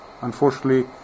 unfortunately